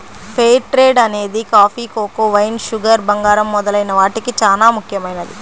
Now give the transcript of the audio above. fair trade అనేది coffee, cocoa, wine, sugar, బంగారం మొదలైన వాటికి చానా ముఖ్యమైనది